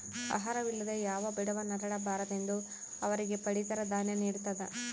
ಆಹಾರ ವಿಲ್ಲದೆ ಯಾವ ಬಡವ ನರಳ ಬಾರದೆಂದು ಅವರಿಗೆ ಪಡಿತರ ದಾನ್ಯ ನಿಡ್ತದ